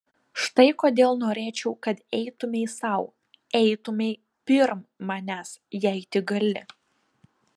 štai kodėl norėčiau kad eitumei sau eitumei pirm manęs jei tik gali